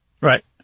Right